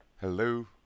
Hello